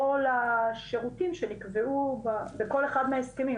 או לשירותים שנקבעו בכל אחד מההסכמים.